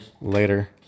Later